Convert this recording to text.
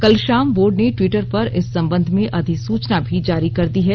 कल शाम बोर्ड ने टिवटर पर इस संबंध में अधिसुचना भी जारी कर दी है